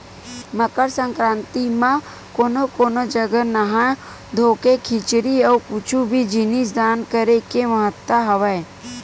मकर संकरांति म कोनो कोनो जघा नहा धोके खिचरी अउ कुछु भी जिनिस दान करे के महत्ता हवय